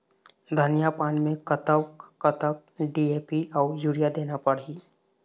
धनिया पान मे कतक कतक डी.ए.पी अऊ यूरिया देना पड़ही?